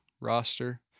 roster